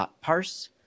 parse